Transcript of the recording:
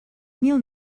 mil